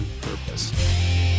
purpose